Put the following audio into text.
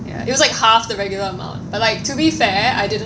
ya it was like half the regular amount but like to be fair I didn't